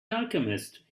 alchemist